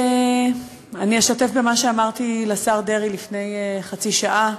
אני אשתף במה שאמרתי לשר דרעי לפני חצי שעה.